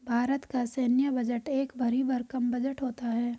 भारत का सैन्य बजट एक भरी भरकम बजट होता है